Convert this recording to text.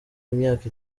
imyaka